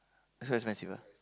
so expensive ah